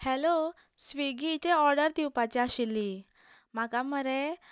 hello स्विगिची order दिवपाची आशिल्ली म्हाका मरे